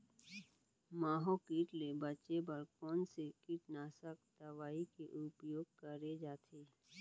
माहो किट ले बचे बर कोन से कीटनाशक दवई के उपयोग करे जाथे?